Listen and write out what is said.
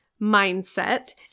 mindset